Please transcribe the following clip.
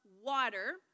water